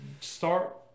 start